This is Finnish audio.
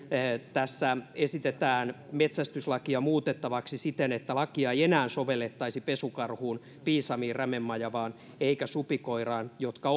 tässä esitetään metsästyslakia muutettavaksi siten että lakia ei enää sovellettaisi pesukarhuun piisamiin rämemajavaan eikä supikoiraan jotka